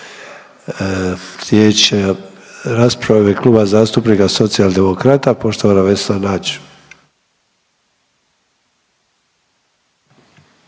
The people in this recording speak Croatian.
Hvala vam